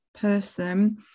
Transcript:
person